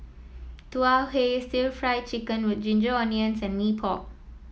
Tau Huay stir Fry Chicken with Ginger Onions and Mee Pok